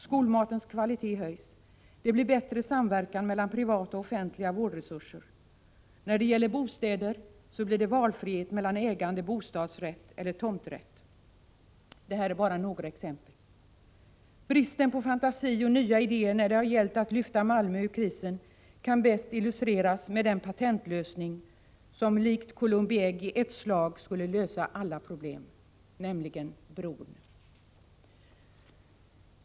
Skolmatens kvalitet höjs. Det blir bättre samverkan mellan privata och offentliga vårdresurser. När det gäller bostäder ges valfrihet mellan äganderätt, bostadsrätt eller tomträtt. Det här är bara några exempel. Bristen på fantasi och nya idéer när det har gällt att lyfta Malmö ur krisen kan bäst illustreras med den patentlösning som likt Columbi ägg i ett slag skulle lösa alla problem, nämligen bron.